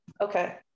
Okay